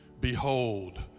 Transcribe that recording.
Behold